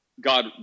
God